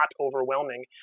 overwhelming